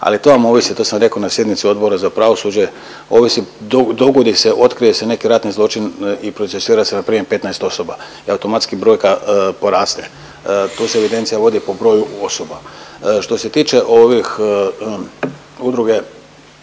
Ali to vam ovisi, to sam rekao na sjednici Odbora za pravosuđe ovisi dogodi se otkrije se neki ratni zločin i procesuira se npr. 15 osoba i automatski brojka poraste, to se evidencija vodi po broju osoba. Što se tiče ovih udruge